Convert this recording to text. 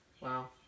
Wow